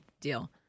deal